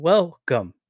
Welcome